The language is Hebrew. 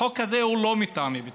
החוק הזה הוא לא מטעמי ביטחון.